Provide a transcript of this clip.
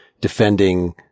defending